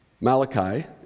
Malachi